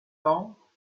temps